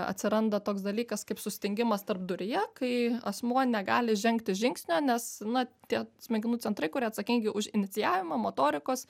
atsiranda toks dalykas kaip sustingimas tarpduryje kai asmuo negali žengti žingsnio nes na tie smegenų centrai kurie atsakingi už iniciavimą motorikos